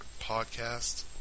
podcast